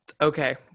Okay